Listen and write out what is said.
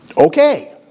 Okay